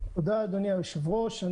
תודה אדוני היושב-ראש,